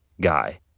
guy